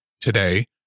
today